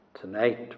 tonight